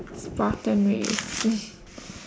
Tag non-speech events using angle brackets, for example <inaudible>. spartan race <laughs>